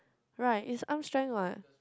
right is arm strength what